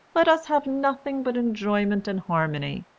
let us have nothing but enjoyment and harmony.